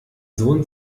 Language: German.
sohn